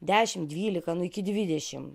dešimt dvylika nu iki dvidešimt